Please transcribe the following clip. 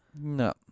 No